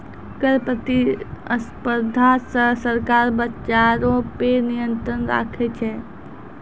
कर प्रतिस्पर्धा से सरकार बजारो पे नियंत्रण राखै छै